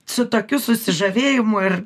su tokiu susižavėjimu ir